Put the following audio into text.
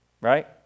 right